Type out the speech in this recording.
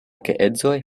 geedzoj